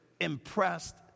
impressed